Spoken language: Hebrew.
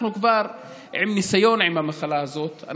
אנחנו כבר עם ניסיון עם המחלה הזאת,